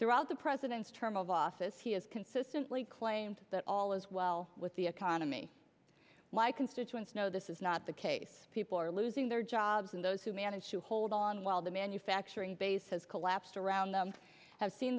throughout the president's term of office he has consistently claimed that all is well with the economy my constituents know this is not the case people are losing their jobs and those who manage to hold on while the manufacturing base has collapsed around them have seen